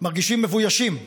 מרגישים מבוישים.